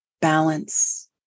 balance